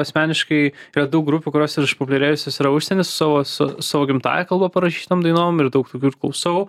asmeniškai yra daug grupių kurios ir išpopuliarėjusios yra užsieny su savo su savo gimtąja kalba parašytom dainom ir daug tokių ir klausau